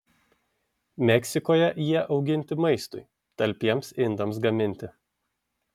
meksikoje jie auginti maistui talpiems indams gaminti